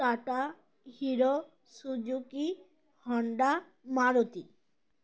Tata hero Suzuki Honda Maruti